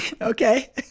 Okay